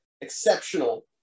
exceptional